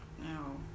no